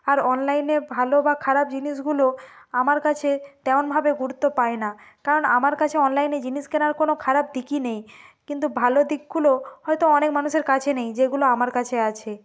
আর অনলাইনে ভালো বা খারাপ জিনিসগুলো আমার কাছে তেমনভাবে গুরুত্ব পায় না কারণ আমার কাছে অনলাইনে জিনিস কেনার কোনো খারাপ দিকই নেই কিন্তু ভালো দিকগুলো হয়তো অনেক মানুষের কাছে নেই যেগুলো আমার কাছে আছে